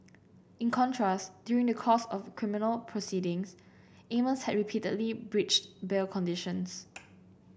in contrast during the course of criminal proceedings Amos had repeatedly breached bail conditions